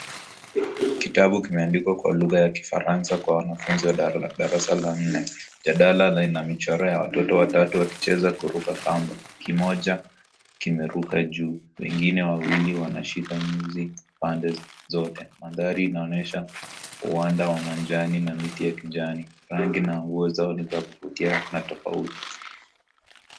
Kitabu kimeandikwa kwa lugha ya kifaransa kwa wanafunzi wa darasa la nne. Jadala lina michoro ya watoto watatu wakicheza kuruka kamba. Kimoja kimeruka juu, wengine wawili wanashika nyuzi pande zote. Mandhari inaonyesha uwanda wa manjani na miti ya kijani. Rangi na nguo zao ni za kuvutia na tofauti.